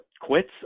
quits